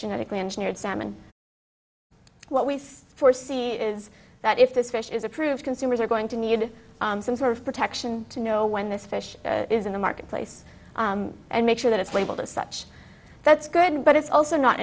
genetically engineered salmon what we foresee is that if this is approved consumers are going to need some sort of protection to know when this fish is in the marketplace and make sure that it's labeled as such that's good but it's also not